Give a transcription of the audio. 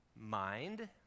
Mind